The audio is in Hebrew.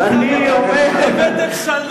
הבאתם שלום,